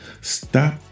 Stop